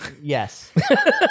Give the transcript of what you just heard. Yes